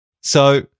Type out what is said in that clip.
So-